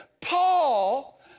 Paul